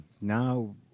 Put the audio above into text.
now